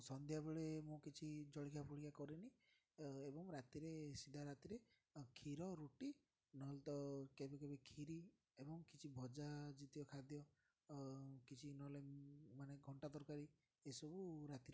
ସନ୍ଧ୍ୟାବେଳେ ମୁଁ କିଛି ଜଳଖିଆ ଫଳଖିଆ କରିରେନି ଏବଂ ରାତିରେ ସିଧା ରାତିରେ କ୍ଷୀର ରୁଟି ନହେଲେ ତ କେବେ କେବେ କ୍ଷିରି ଏବଂ କିଛି ଭଜା ଜାତୀୟ ଖାଦ୍ୟ କିଛି ନହେଲେ ମାନେ ଘଣ୍ଟା ତରକାରୀ ଏସବୁ ରାତିରେ